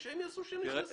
והם יעשו -- הקבלן,